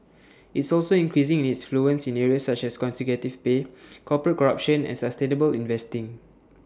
it's also increasing its influence in areas such as executive pay corporate corruption and sustainable investing